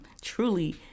truly